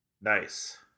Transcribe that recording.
Nice